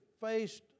faced